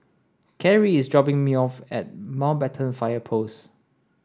Karri is dropping me off at Mountbatten Fire Post